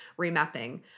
remapping